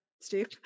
Steve